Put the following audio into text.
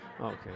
Okay